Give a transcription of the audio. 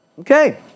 Okay